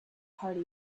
party